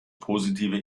positive